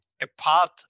apart